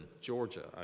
Georgia